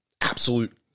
absolute